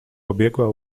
pobiegła